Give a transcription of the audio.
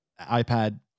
iPad